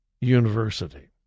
university